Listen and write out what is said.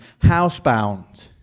housebound